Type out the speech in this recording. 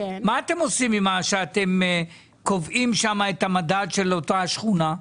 מה אתם עושים עם מה שאתם קובעים שם את המדד של אותה שכונה?